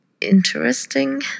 interesting